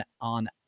on